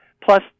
Plus